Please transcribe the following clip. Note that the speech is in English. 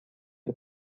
you